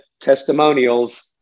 testimonials